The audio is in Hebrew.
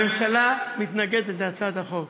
הממשלה מתנגדת להצעת החוק.